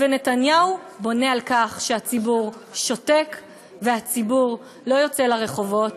ונתניהו בונה על כך שהציבור שותק והציבור לא יוצא לרחובות.